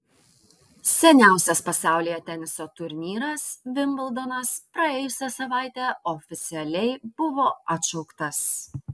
seniausias pasaulyje teniso turnyras vimbldonas praėjusią savaitę oficialiai buvo atšauktas